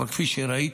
אבל כפי שראית,